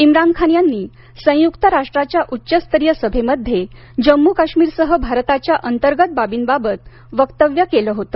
इम्रान खान यांनी संयुक्त राष्ट्राच्या उच्च स्तरीय सभेमध्ये जम्मू काश्मीरसह भारताच्या अंतर्गत बाबींबाबत वक्तव्य केल होत